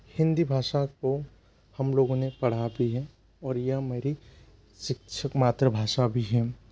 हिन्दी भाषा को हम लोगों ने पढ़ा भी है और यह मेरी शिक्षक मातृभाषा भी हैं